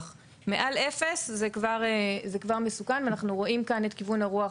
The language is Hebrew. מעל אפס זה כבר מסוכן ואנחנו רואים כאן את כיוון הרוח